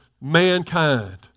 mankind